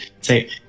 say